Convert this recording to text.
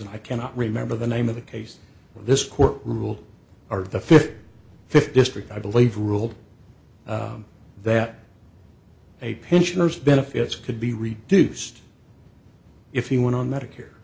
and i cannot remember the name of the case this court rule or the fifty fifth district i believe ruled that a pensioner's benefits could be reduced if he went on medicare